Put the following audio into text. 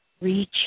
reach